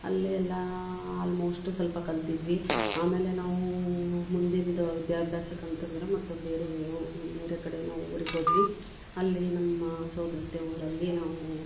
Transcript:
ಅಲ್ಲೆ ಎಲ್ಲಾ ಆಲ್ಮೋಸ್ಟ್ ಸ್ವಲ್ಪ ಕಲ್ತಿದ್ವಿ ಆಮೇಲೆ ನಾವು ಮುಂದಿನ್ದ ವಿದ್ಯಾಭ್ಯಾಸಕ್ಕೆ ಅಂತಂದ್ರ ಮತ್ತು ಬೇರೇವು ಬೇರೆ ಕಡೆ ನಾವು ಊರಿಗೆ ಹೋದ್ವಿ ಅಲ್ಲೇ ನಮ್ಮ ಸೋದರತ್ತೆ ಊರಲ್ಲಿ ನಾವು